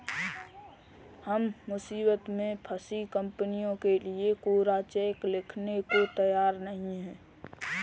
हम मुसीबत में फंसी कंपनियों के लिए कोरा चेक लिखने को तैयार नहीं हैं